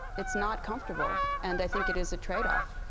it's not comfortable. and i think it is a trade-off.